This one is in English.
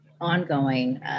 ongoing